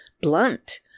blunt